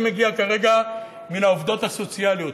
אני מגיע כרגע מהעובדות הסוציאליות,